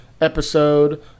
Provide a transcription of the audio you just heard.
episode